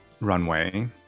runway